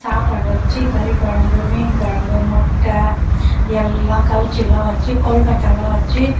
சாப்பாடு வச்சு கறி குழம்பு மீன் குழம்பு முட்டை எல்லாம் கவுச்சுலாம் வச்சு கொழுக்கட்டைலாம் வச்சு